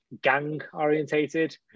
gang-orientated